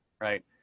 right